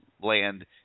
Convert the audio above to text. land